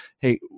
Hey